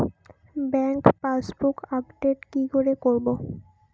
Bank passbook update কি করে করবো?